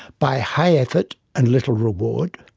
by high effort and little reward,